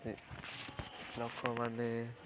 ଲୋକମାନେ